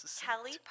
Kelly